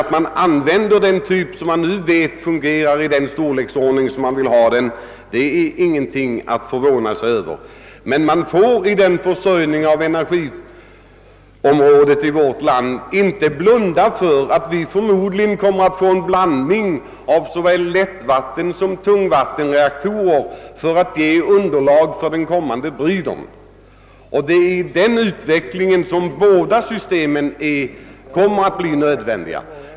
Att de använder den typ som de vet fungerar i den storleksordning de vill ha är ingenting att förvåna sig över. Man får emellertid inte blunda för det faktum att vi förmodligen kommer att få en blandning av såväl lättvattensom tungvattenreaktorer om vi skall kunna få underlag för kommande bridreaktorer. I den utvecklingen kommer båda systemen att bli nödvändiga.